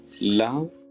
Love